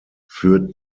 führt